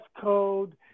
code